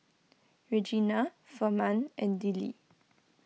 Regena Furman and Dillie